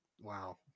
Wow